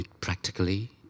Practically